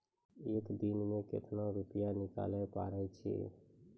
एक दिन मे केतना रुपैया निकाले पारै छी?